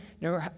no